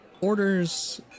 orders